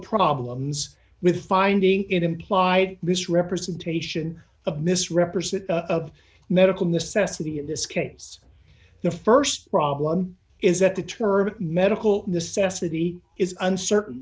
problems with finding it implied misrepresentation of mis represent of medical necessity in this case the st problem is that the term medical necessity is uncertain